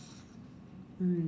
mm